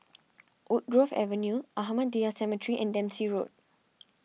Woodgrove Avenue Ahmadiyya Cemetery and Dempsey Road